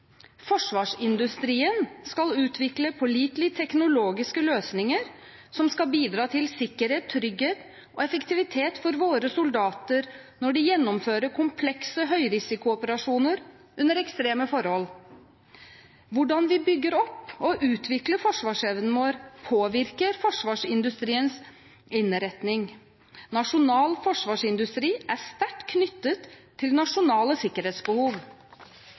Forsvarsindustrien skal utvikle pålitelige teknologiske løsninger som skal bidra til sikkerhet, trygghet og effektivitet for våre soldater når de gjennomfører komplekse høyrisikooperasjoner under ekstreme forhold. Hvordan vi bygger opp og utvikler forsvarsevnen vår, påvirker forsvarsindustriens innretning. Nasjonal forsvarsindustri er sterkt knyttet til nasjonale sikkerhetsbehov.